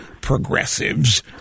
progressives